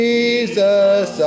Jesus